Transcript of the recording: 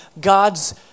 God's